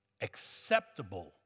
acceptable